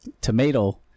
tomato